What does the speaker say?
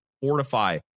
fortify